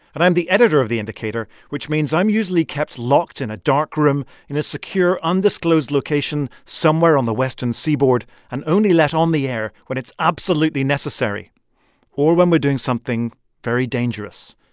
and i'm the editor of the indicator, which means i'm usually kept locked in a dark room in a secure, undisclosed location somewhere on the western seaboard and only let on the air when it's absolutely necessary or when we're doing something very dangerous,